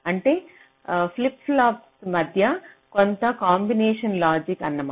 అంటే ఫ్లిప్ ఫ్లాప్ల మధ్య కొంత కాంబినేషన్ లాజిక్ అన్నమాట